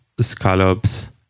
scallops